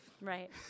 Right